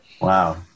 Wow